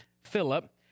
Philip